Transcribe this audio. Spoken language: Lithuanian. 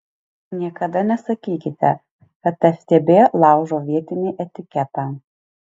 niekada nesakykite kad ftb laužo vietinį etiketą